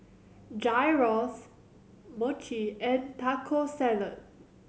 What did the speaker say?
Gyros Mochi and Taco Salad